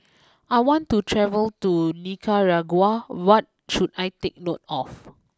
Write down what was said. I want to travel to Nicaragua what should I take note of